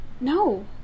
No